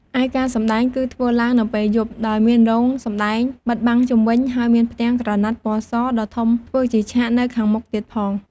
ឯការសម្តែងគឺធ្វើឡើងនៅពេលយប់ ដោយមានរោងសម្តែងបិទបាំងជុំវិញ ហើយមានផ្ទាំងក្រណាត់ពណ៌សដ៏ធំធ្វើជាឆាកនៅខាងមុខទៀតផង។